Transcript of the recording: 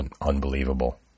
Unbelievable